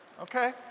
okay